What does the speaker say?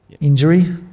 injury